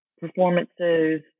performances